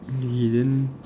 okay then